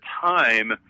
time